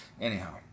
Anyhow